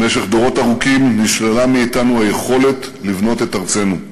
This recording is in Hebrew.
במשך דורות ארוכים נשללה מאתנו היכולת לבנות את ארצנו.